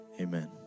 Amen